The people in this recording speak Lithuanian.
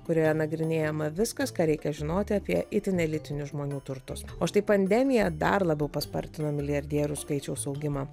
kurioje nagrinėjama viskas ką reikia žinoti apie itin elitinių žmonių turtus o štai pandemija dar labiau paspartino milijardierių skaičiaus augimą